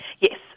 Yes